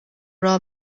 راه